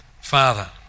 Father